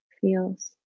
feels